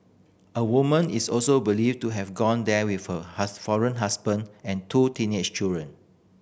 a woman is also believed to have gone there with her foreign husband and two teenage children